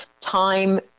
time